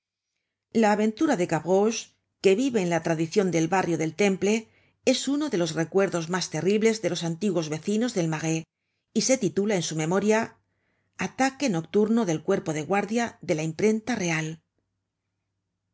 la aventura de gavroehe que vive en la tradicion del barrio del temple es uno de los recuerdos mas terribles de los antiguos vecinos del marais y se titula en su memoria ataque nocturno del cuerpo de guardia de la imprenta real